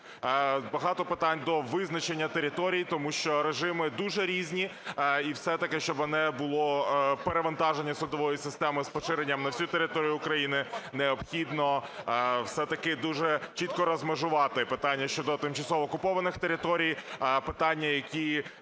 Багато питань до визначення територій, тому що режими дуже різні. І все-таки щоби не було перевантаження судової системи з поширенням на всю територію України, необхідно все-таки дуже чітко розмежувати питання щодо тимчасово окупованих територій, питання, які...